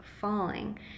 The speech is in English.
falling